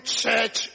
church